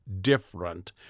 different